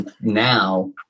Now